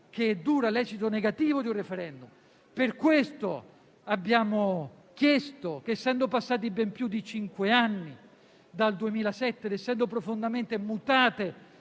la durata dell'esito negativo di un *referendum*. Per questo abbiamo chiesto che, essendo passati ben più di cinque anni dal 2007 ed essendo profondamente mutate